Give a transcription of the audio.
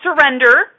surrender